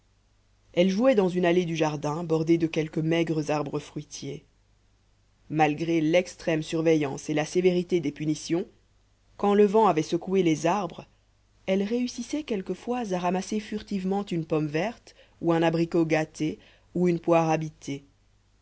elles jouaient dans une allée du jardin bordée de quelques maigres arbres fruitiers malgré l'extrême surveillance et la sévérité des punitions quand le vent avait secoué les arbres elles réussissaient quelquefois à ramasser furtivement une pomme verte ou un abricot gâté ou une poire habitée